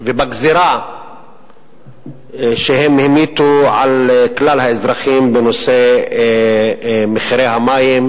ובגזירה שהם המיטו על כלל האזרחים בנושא מחירי המים,